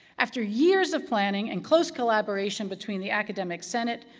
after years of planning and close collaboration between the academic senate,